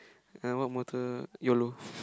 uh what motto yolo